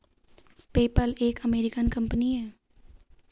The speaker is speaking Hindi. पेपल एक अमेरिकन कंपनी है